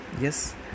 yes